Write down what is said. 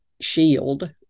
shield